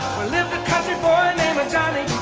lived a country boy named johnny